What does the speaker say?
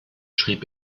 schrieb